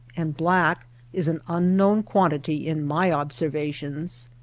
and black is an unknown quantity in my observations.